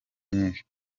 nyinshi